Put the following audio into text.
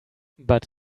but